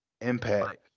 impact